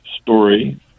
story